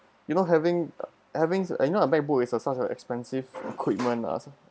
you know having having you know a MacBook is a such an expensive equipment ah